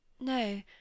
No